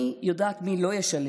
אני יודעת מי לא ישלם,